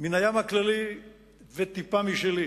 מן הים הכללי וטיפה משלי.